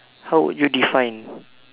how would you define